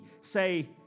say